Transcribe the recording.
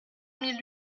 mille